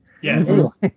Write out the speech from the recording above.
Yes